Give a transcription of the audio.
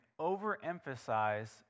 overemphasize